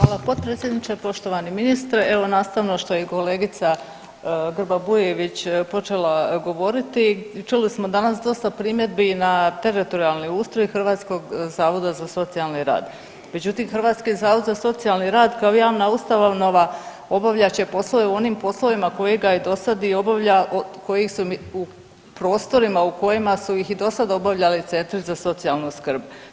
Hvala potpredsjedniče, poštovani ministre, evo nastavno što je i kolegica Grba-Bujević počela govoriti, čuli smo danas dosta primjedbi na teritorijalni ustroj hrvatskog zavoda za socijalni rad, međutim, hrvatski zavod za socijalni rad kao javna ustanova obavljat će poslove u onim poslovnima kojega je dosad i obavljao, od kojih su mi, prostorima u kojima su ih i dosad obavljali centri za socijalnu skrb.